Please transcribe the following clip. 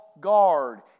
guard